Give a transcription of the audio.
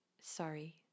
sorry